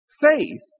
Faith